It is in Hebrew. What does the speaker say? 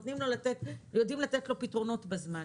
אז יודעים לתת לו פתרונות בזמן.